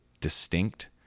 distinct